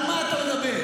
על מה אתה מדבר?